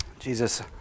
Jesus